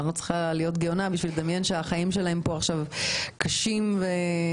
לא צריך להיות גאון בשביל לדמיין שהחיים שלהם פה קשים וטראגיים.